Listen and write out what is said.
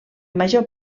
major